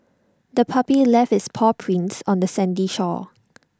the puppy left its paw prints on the sandy shore